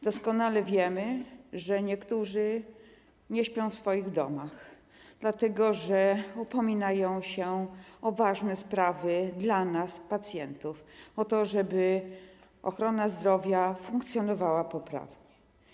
Doskonale wiemy, że niektórzy nie śpią w swoich domach, dlatego że upominają się o ważne sprawy dla nas, pacjentów, o to, żeby ochrona zdrowia funkcjonowała poprawnie.